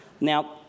Now